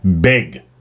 big